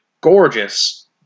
gorgeous